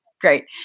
great